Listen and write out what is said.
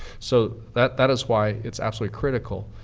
so that that is why it's absolutely critical